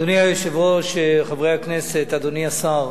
אדוני היושב-ראש, חברי הכנסת, אדוני השר,